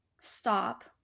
stop